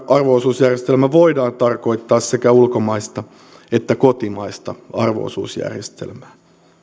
arvo osuusjärjestelmällä voidaan tarkoittaa sekä ulkomaista että kotimaista arvo osuusjärjestelmää